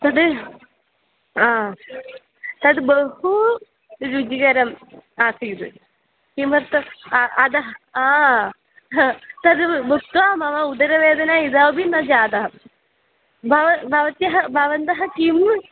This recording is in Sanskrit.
तद् हा तद् बहु रुचिकरम् आसीत् किमर्थम् अतः तद् भुक्त्वा मम उदरवेदना इतोपि न जाता बव भवन्तः भवन्तः किम्